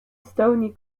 stony